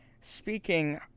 speaking